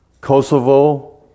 Kosovo